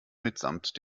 mitsamt